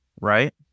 right